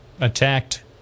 attacked